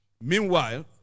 Meanwhile